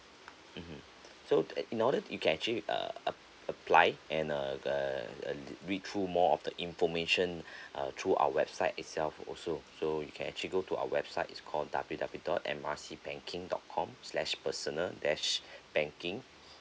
mmhmm so in order you can actually uh ap~ apply and uh uh uh read through more of the information uh through our website itself also so you can actually go to our website is called W W dot M R C banking dot com slash personal dash banking